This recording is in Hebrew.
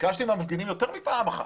וביקשתי מהמפגינים יותר מפעם אחת,